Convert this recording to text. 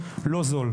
לא זול.